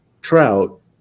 trout